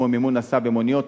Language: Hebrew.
כמו מימון הסעה במוניות,